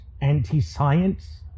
anti-science